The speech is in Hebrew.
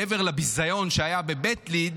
מעבר לביזיון שהיה בבית ליד,